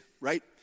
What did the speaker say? right